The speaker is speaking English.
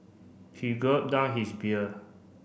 he gulp down his beer